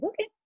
okay